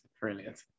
brilliant